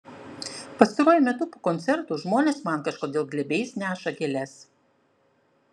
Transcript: pastaruoju metu po koncertų žmonės man kažkodėl glėbiais neša gėles